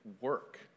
work